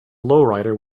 lowrider